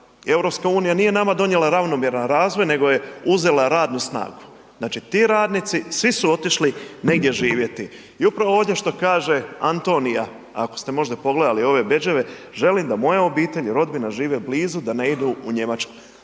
EU nije nama donijela ravnomjeran razvoj nego je uzela radnu snagu, znači ti radnici svi su otišli negdje živjeti. I upravo ovdje što kaže Antonija, ako ste možda pogledali ove bedževe, želim da moja obitelj i rodbina žive blizu da ne idu u Njemačku.